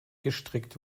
gestrickt